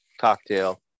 Cocktail